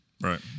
Right